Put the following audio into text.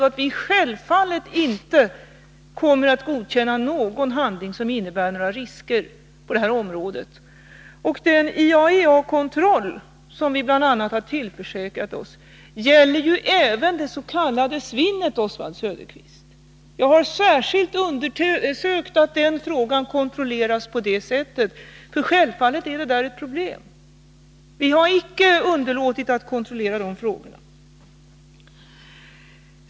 Vi kommer självfallet inte att godkänna någon handling som innebär några risker på det här området. Den IAEA-kontroll som vi bl.a. har tillförsäkrat oss gäller även det s.k. svinnet, Oswald Söderqvist! Jag har undersökt att den saken kontrolleras på det sättet, för självfallet är det ett problem. Vi har icke underlåtit att kontrollera de frågorna.